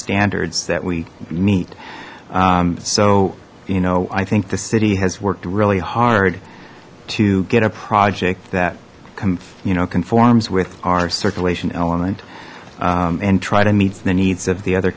standards that we meet so you know i think the city has worked really hard to get a project that come you know conforms with our circulation element and try to meet the needs of the other